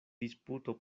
disputo